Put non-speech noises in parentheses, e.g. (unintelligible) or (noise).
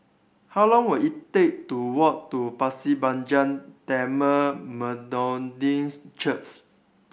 how long will it take to walk to Pasir Panjang Tamil Methodist (unintelligible)